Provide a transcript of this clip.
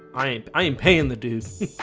i am i am paying the dues